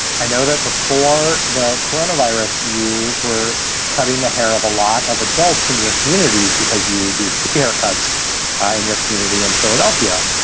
i know that before the coronavirus you were cutting the hair of a lot of adults in your community because you do free haircuts in your community in philadelphia.